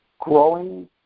growing